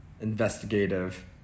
investigative